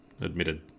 admitted